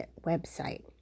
website